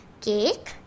cake